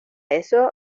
eso